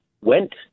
went